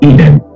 Eden